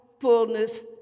fullness